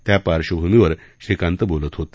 त्या पार्श्वभूमीवर श्रीकांत बोलत होते